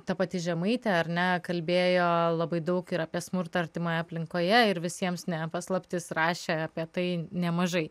ta pati žemaitė ar ne kalbėjo labai daug ir apie smurtą artimoje aplinkoje ir visiems ne paslaptis rašė apie tai nemažai